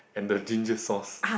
and the ginger sauce